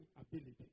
ability